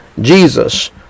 Jesus